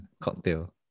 cocktail